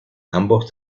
ambos